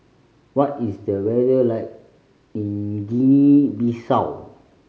what is the weather like in Guinea Bissau